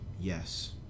yes